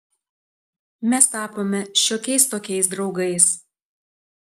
mes tapome šiokiais tokiais draugais